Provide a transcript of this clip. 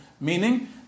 Meaning